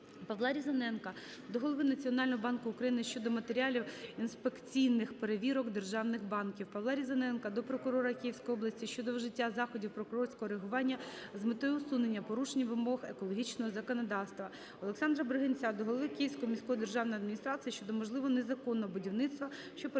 Павла Різаненка до Голови Національного банку України щодо матеріалів інспекційних перевірок державних банків. Павла Різаненка до прокурора Київської області щодо вжиття заходів прокурорського реагування з метою усунення порушень вимог екологічного законодавства. Олександра Бригинця до голови Київської міської державної адміністрації щодо можливо незаконного будівництва, що перешкоджає